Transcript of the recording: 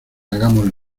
hagamos